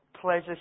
pleasure